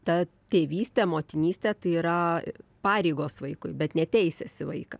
ta tėvystė motinystė tai yra pareigos vaikui bet ne teisės į vaiką